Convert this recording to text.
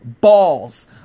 Balls